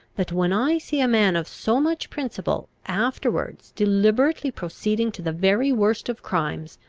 that when i see a man of so much principle afterwards deliberately proceeding to the very worst of crimes,